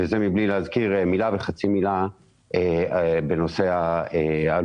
וזה מבלי להזכיר מילה וחצי מילה בנושא העלויות